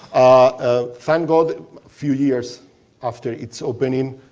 ah thank god, a few years after its opening,